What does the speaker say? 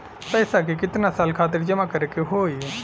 पैसा के कितना साल खातिर जमा करे के होइ?